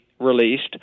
released